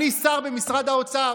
אני שר במשרד האוצר.